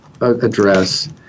address